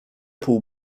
pół